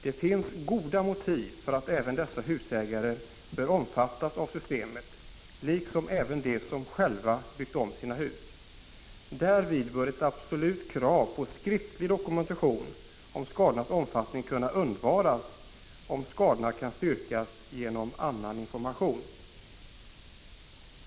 Det finns goda motiv för att också dessa husägare bör omfattas av systemet liksom även de som själva har byggt om sina hus. Därvid bör ett absolut krav på skriftlig dokumentation om skadornas omfattning kunna undvaras, om skadorna kan styrkas genom annan information.